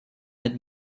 mit